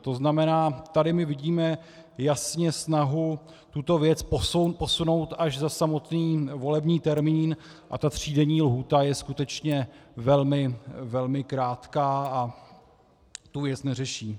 To znamená, tady my vidíme jasně snahu tuto věc posunout až za samotný volební termín a ta třídenní lhůta je skutečně velmi krátká a tu věc neřeší.